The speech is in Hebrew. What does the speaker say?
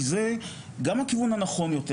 זה גם הכיוון הנכון יותר.